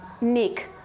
Nick